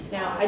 Now